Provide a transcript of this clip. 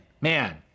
Man